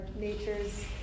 nature's